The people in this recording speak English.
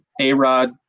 A-Rod